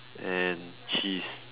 and cheese